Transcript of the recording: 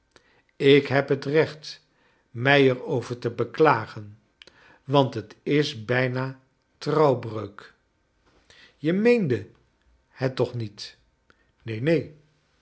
ik heb het recht mrj er over te beklagen want bet is bijna trouwbreuk je meende het tooh niet neen neen